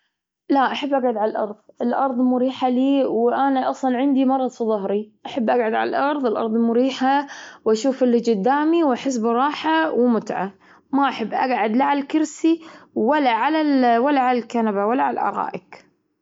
الكلاسيكيات، أحب نوع الموسيقى الهادئ المريح نفسيا لي. وما أتعب نفسيا لما أسمع الموسيقى أو أسمع القرآن عموما.